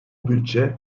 bütçe